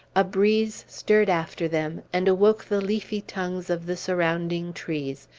a breeze stirred after them, and awoke the leafy tongues of the surrounding trees,